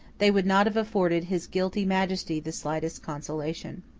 they would not have afforded his guilty majesty the slightest consolation.